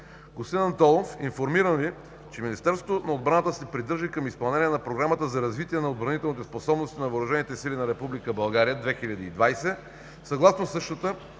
Господин Антонов, информирам Ви, че Министерството на отбраната се придържа към изпълнение на Програмата за развитие на отбранителните способности на въоръжените сили на